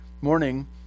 morning